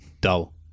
Dull